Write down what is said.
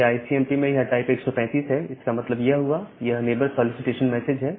इस आईसीएमपी में यह टाइप 135 है इसका मतलब यह हुआ यह नेबर सॉलीसिटेशन मैसेज है